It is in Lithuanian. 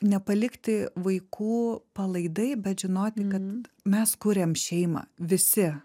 nepalikti vaikų palaidai bet žinoti kad mes kuriam šeimą visi